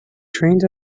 trained